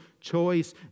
choice